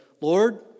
Lord